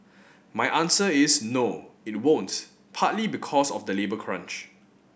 my answer is no it won't partly because of the labour crunch